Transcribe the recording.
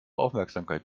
aufmerksamkeit